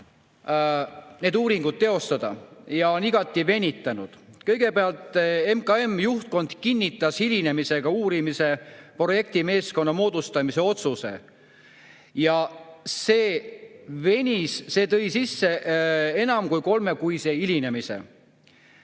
neid uuringuid teostada ja on igati venitanud. Kõigepealt, MKM‑i juhtkond kinnitas hilinemisega uurimisprojekti meeskonna moodustamise otsuse. See venis, mis tõi kaasa enam kui kolmekuuse hilinemise.